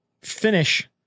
finish